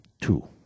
Two